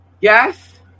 yes